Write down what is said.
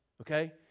Okay